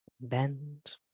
Bend